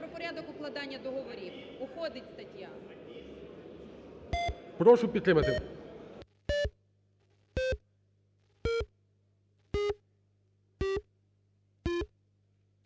про порядок укладання договорів. Уходить стаття. ГОЛОВУЮЧИЙ. Прошу підтримати.